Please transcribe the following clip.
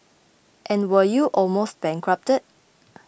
and were you almost bankrupted